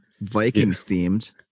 Vikings-themed